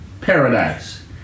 Paradise